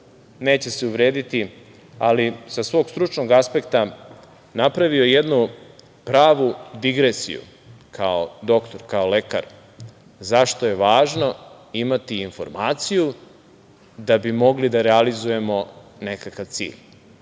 neće se uvrediti, ali sa svog stručnog aspekta, napravio je jednu pravu digresiju, kao doktor, kao lekar, zašto je važno imati informaciju da bi mogli da realizujemo nekakav cilj?